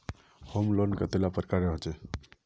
Home loan कतेला प्रकारेर होचे?